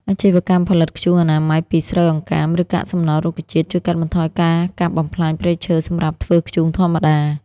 អាជីវកម្មផលិតធ្យូងអនាម័យពីស្រូវអង្កាម ឬកាកសំណល់រុក្ខជាតិ ជួយកាត់បន្ថយការកាប់បំផ្លាញព្រៃឈើសម្រាប់ធ្វើធ្យូងធម្មតា។